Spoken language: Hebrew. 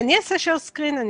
אעשה show screen?